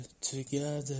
together